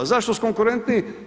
Zašto su konkurentniji?